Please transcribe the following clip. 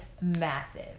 massive